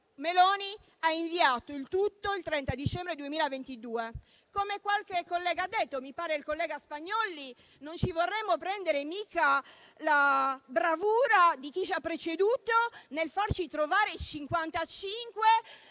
Meloni ha inviato il tutto il 30 dicembre 2022. Come qualche collega ha detto, mi pare il collega Spagnolli, non vogliamo certo prenderci il merito della bravura di chi ci ha preceduto nel farci trovare 55